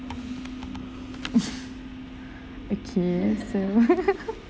okay so